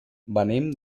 venim